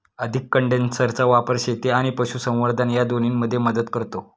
अधिक कंडेन्सरचा वापर शेती आणि पशुसंवर्धन या दोन्हींमध्ये मदत करतो